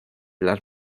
las